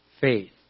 faith